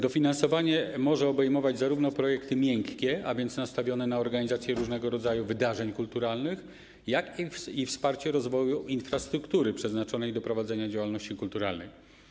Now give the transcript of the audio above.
Dofinansowanie może obejmować zarówno projekty miękkie, a więc nastawione na organizację różnego rodzaju wydarzeń kulturalnych, jak i wsparcie rozwoju infrastruktury przeznaczonej do prowadzenia działalności kulturalnej.